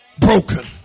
Broken